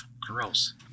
Gross